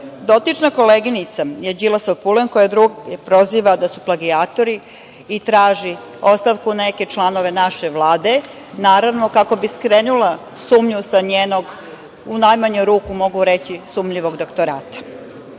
koleginica je Đilasov pulen koja druge proziva da su plagijatori i traži ostavku nekih članova naše Vlade, naravno kako bi skrenula sumnju sa njenog, u najmanju ruku mogu reći, sumnjivog doktorata. Ana